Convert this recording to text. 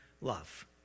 love